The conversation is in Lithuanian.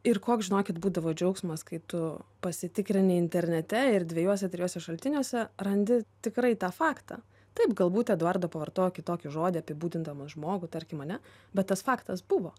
ir koks žinokit būdavo džiaugsmas kai tu pasitikrini internete ir dviejuose trijuose šaltiniuose randi tikrai tą faktą taip galbūt eduardo pavartojo kitokį žodį apibūdindamas žmogų tarkim ane bet tas faktas buvo